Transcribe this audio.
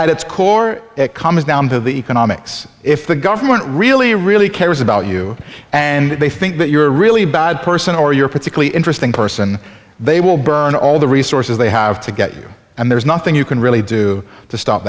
it's core it comes down to the economics if the government really really cares about you and they think that you're really bad person or you're a particularly interesting person they will burn all the resources they have to get you and there's nothing you can really do to stop